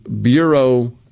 Bureau